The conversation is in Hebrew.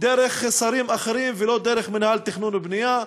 דרך שרים אחרים, ולא דרך מינהל תכנון ובנייה,